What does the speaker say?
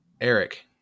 Eric